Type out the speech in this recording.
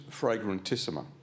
fragrantissima